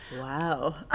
Wow